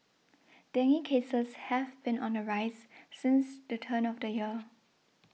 dengue cases have been on the rise since the turn of the year